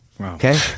Okay